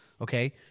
Okay